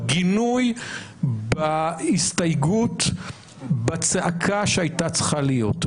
בגינוי, בהסתייגות, בצעקה שהייתה צריכה להיות.